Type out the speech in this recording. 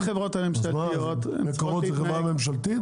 כל החברות הממשלתיות צריכות להתנהל --- מקורות זה חברה ממשלתית?